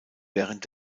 während